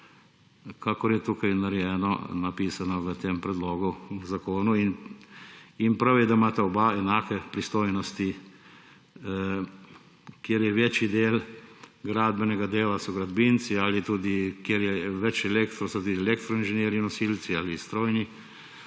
kakor je tukaj napisano v tem predlogu v zakonu, in prav je, da imata oba enake pristojnosti, da kjer je večji del gradbenega dela, so gradbinci ali tudi, kjer je več elektro, so tudi elektroinženirji nosilci ali strojni,